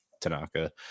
Tanaka